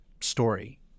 story